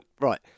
right